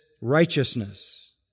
righteousness